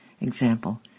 Example